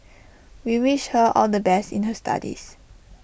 we wish her all the best in her studies